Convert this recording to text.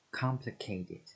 Complicated